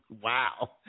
Wow